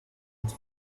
with